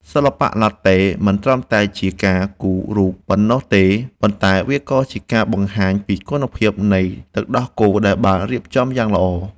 សិល្បៈឡាតេមិនត្រឹមតែជាការគូររូបប៉ុណ្ណោះទេ ប៉ុន្តែវាក៏ជាការបង្ហាញពីគុណភាពនៃទឹកដោះគោដែលបានរៀបចំយ៉ាងល្អ។